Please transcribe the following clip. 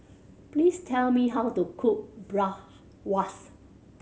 please tell me how to cook